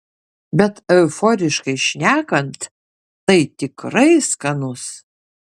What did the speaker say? bet euforiškai šnekant tai tikrai skanus